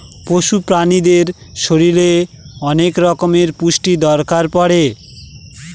পশু প্রাণীদের শরীরে অনেক রকমের পুষ্টির দরকার পড়ে